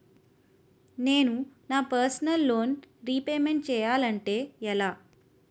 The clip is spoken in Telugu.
నేను నా పర్సనల్ లోన్ రీపేమెంట్ చేయాలంటే ఎలా?